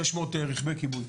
600 רכבי כיבוי.